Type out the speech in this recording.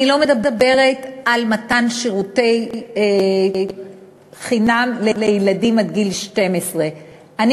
אני לא מדברת על מתן שירותים חינם לילדים עד גיל 12. אני